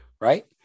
right